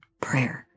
prayer